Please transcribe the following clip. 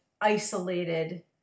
isolated